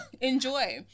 Enjoy